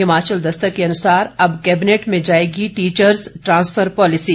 हिमाचल दस्तक के अनुसार अब कैबिनेट में जाएगी टीचर्स ट्रांसफर पॉलिसी